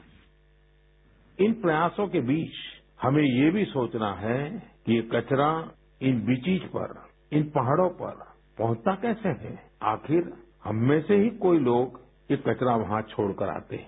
sound bite इन प्रयासों के बीच हमें ये भी सोचना है कि ये कचरा इन बीचिज पर इन पहाड़ों पर पहंचता कैसे है आखिर हम में से ही कोई लोग ये कचरा वहाँ छोड़कर आते हैं